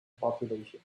population